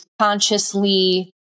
consciously